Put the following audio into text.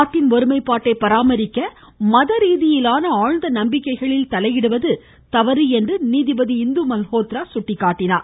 நாட்டின் ஒருமைப்பாட்டை பராமரிக்க மத ரீதியிலான ஆழ்ந்த நம்பிக்கைகளில் தலையிடுவது தவறு என்று நீதிபதி இந்து மல்ஹோத்ரா சுட்டிக்காட்டினார்